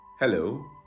Hello